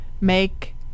make